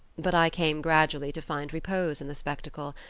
but i came gradually to find repose in the spectacle,